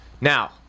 Now